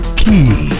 key